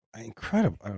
incredible